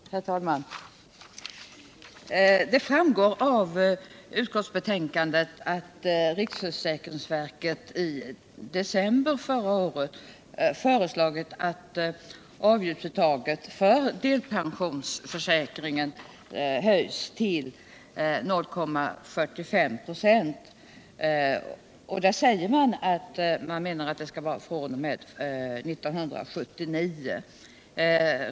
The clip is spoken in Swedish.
Herr talman! Det framgår av utskottsbetänkandet att riksförsäkringsverket i december förra året föreslagit att avgiftsuttaget för delpensionsförsäkringen skall höjas till 0,45 96 fr.o.m. 1979.